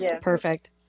Perfect